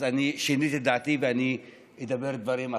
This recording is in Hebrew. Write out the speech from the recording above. שיניתי את דעתי ואני אדבר דברים אחרים.